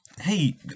hey